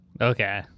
Okay